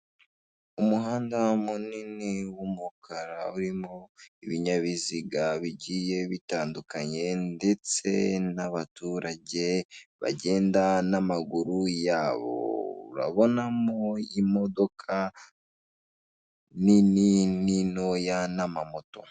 Umuhanda munini w'umukara urimo ibinyabiziga bigiye bitandukanye ndetse n'abaturage bagenda n'amaguru yabo, urabonamo imodoka nini n'intoya n'amamoto.